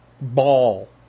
ball